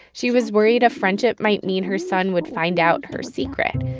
she was worried a friendship might mean her son would find out her secret.